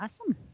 Awesome